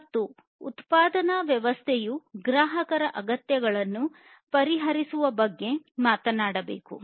ಮತ್ತು ಉತ್ಪಾದನಾ ವ್ಯವಸ್ಥೆಯು ಗ್ರಾಹಕರ ಅಗತ್ಯಗಳನ್ನು ಪರಿಹರಿಸುವ ಬಗ್ಗೆ ಮಾತ್ರ ಮಾತನಾಡಬೇಕು